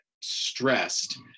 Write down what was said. stressed